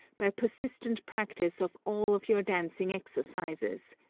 by persistent practice of all of your dancing exercises,